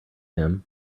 him